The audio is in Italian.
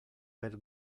per